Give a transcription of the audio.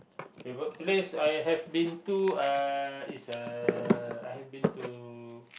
the workplace I have been to uh is uh I have been to